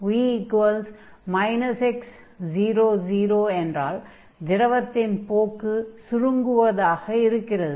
v x00 என்றால் திரவத்தின் போக்கு சுருங்குவதாக இருக்கிறது